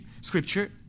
scripture